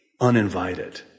uninvited